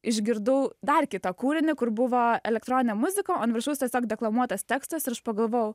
išgirdau dar kitą kūrinį kur buvo elektroninė muzikao ant viršaus tiesiog deklamuotas tekstas ir aš pagalvojau